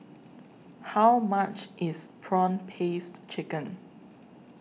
How much IS Prawn Paste Chicken